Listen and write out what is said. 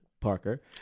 Parker